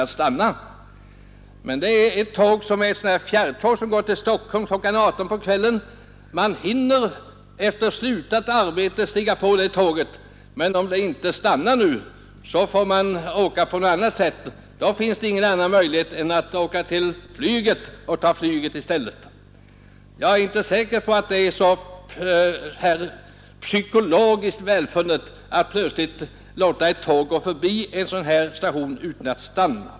18.00 på kvällen, skulle passera utan att göra uppehåll. Man hinner ta det tåget efter slutat arbete för dagen, men om tåget inte längre stannar i Hässleholm så finns det ingen annan möjlighet än att ta flyget. Jag är inte säker på att det psykologiskt är så välfunnet att låta ett tåg gå förbi en sådan station utan att stanna.